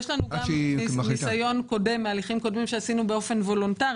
גם ניסיון קודם מהליכים קודמים שעשינו באופן וולונטרי,